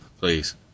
Please